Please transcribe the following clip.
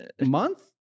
month